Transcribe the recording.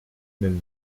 nome